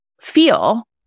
feel